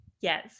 Yes